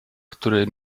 który